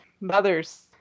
mothers